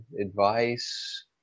advice